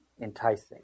enticing